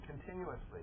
continuously